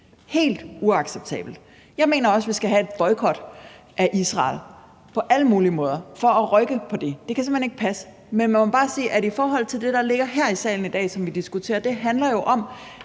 helt uacceptabelt. Jeg mener også, vi skal have en boykot af Israel på alle mulige måder for at rykke på det. Men man må bare sige, at i forhold til det, der ligger her i salen i dag, og som vi diskuterer, handler det jo om,